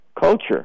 culture